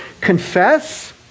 confess